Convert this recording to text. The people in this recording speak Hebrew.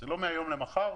זה לא מהיום למחר.